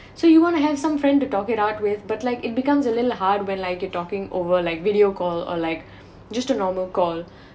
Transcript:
so you want to have some friends to talk it out with but like it becomes a little hard when like you're talking over like video call or like just a normal call